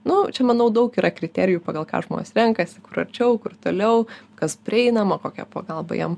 nu čia manau daug yra kriterijų pagal ką žmonės renkasi kur arčiau kur toliau kas prieinama kokia pagalba jiem